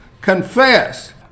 confess